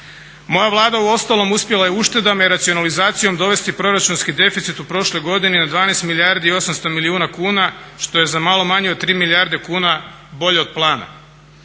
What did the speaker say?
Moja Vlada uostalom uspjela je u uštedama i racionalizacijom dovesti proračunski deficit u prošloj godini od 12 milijardi i 800 milijuna kuna što je za malo manje od 3 milijarde kuna bolje od plana